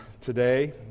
today